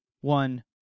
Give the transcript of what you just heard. one